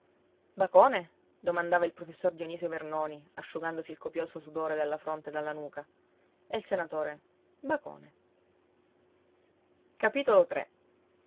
bacone domandava il professor dionisio vernoni asciugandosi il copioso sudore dalla fronte e dalla nuca e il senatore bacone se